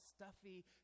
stuffy